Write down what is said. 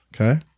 Okay